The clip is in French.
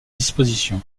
disposition